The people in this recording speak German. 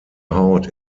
haut